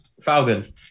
Falcon